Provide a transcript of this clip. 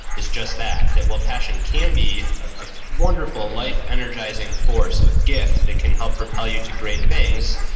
is just that, that while passion can be a wonderful life energizing force, a gift that can help propel you to great things,